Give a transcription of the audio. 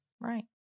right